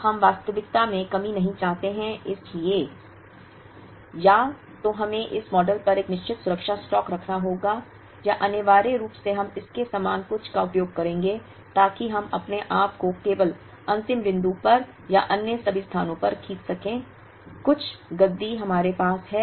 अब हम वास्तविकता में कमी नहीं चाहते हैं इसलिए या तो हमें इस मॉडल पर एक निश्चित सुरक्षा स्टॉक रखना होगा या अनिवार्य रूप से हम इसके समान कुछ का उपयोग करेंगे ताकि हम अपने आप को केवल अंतिम बिंदु पर और अन्य सभी स्थानों पर खींच सकें कुछ गद्दी हमारे पास है